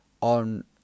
on